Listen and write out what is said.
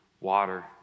water